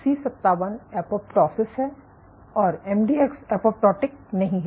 अब सी57 एपोप्टोटिक हैं और एमडीएक्स एपोप्टोटिक नहीं हैं